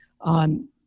on